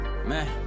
Man